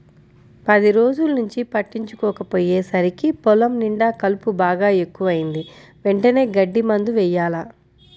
పది రోజుల్నుంచి పట్టించుకోకపొయ్యేసరికి పొలం నిండా కలుపు బాగా ఎక్కువైంది, వెంటనే గడ్డి మందు యెయ్యాల